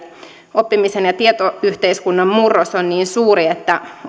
oppimisen ja tietoyhteiskunnan murros on niin suuri että